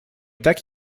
tak